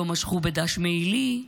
לא משכו בדש מעילי,